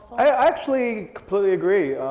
i actually completely agree,